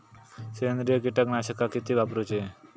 सेंद्रिय कीटकनाशका किती वापरूची?